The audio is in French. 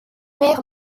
mère